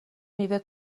میوه